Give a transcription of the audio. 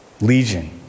Legion